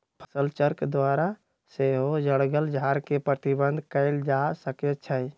फसलचक्र द्वारा सेहो जङगल झार के प्रबंधित कएल जा सकै छइ